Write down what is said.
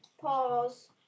pause